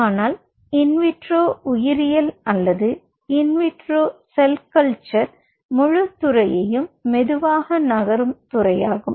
ஆனால் in vitro உயிரியல் அல்லது இன் விட்ரோ செல் கல்ச்சர் முழுத் துறையும் மெதுவாக நகரும் துறையாகும்